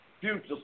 future